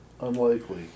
unlikely